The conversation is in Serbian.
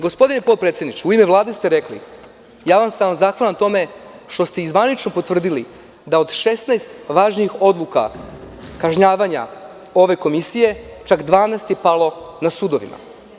Gospodine potpredsedniče, u ime Vlade ste rekli, zahvalan sam vam na tome što ste zvanično potvrdili da od 16 važnih odluka, kažnjavanja, ove komisije, čak 12 je palo na sudovima.